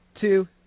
two